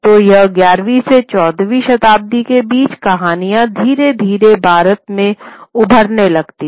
तो यह ग्यारहवी से चौदहवीं शताब्दी के बीच कहानियाँ धीरे धीरे भारत में उभरने लगती हैं